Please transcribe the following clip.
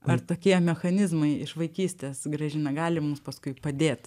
ar tokie mechanizmai iš vaikystės gražina gali mums paskui padėt